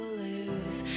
lose